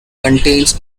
contains